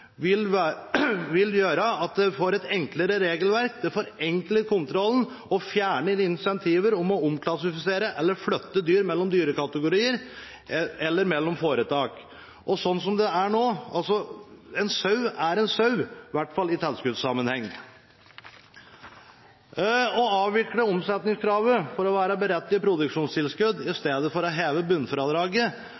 vil gjøre at man får et enklere regelverk. Det forenkler kontrollen og fjerner incentiver om å omklassifisere eller flytte dyr mellom dyrekategorier eller mellom foretak. En sau er en sau, i hvert fall i tilskuddssammenheng. Å avvikle omsetningskravet for å være beredt til produksjonstilskudd i